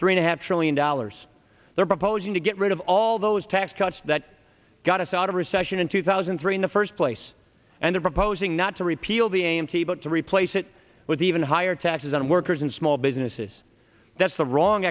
to have trillion dollars they're proposing to get rid of all those tax cuts that got us out of recession in two thousand and three in the first place and they're proposing not to repeal the a m t but to replace it with even higher taxes on workers and small businesses that's the wrong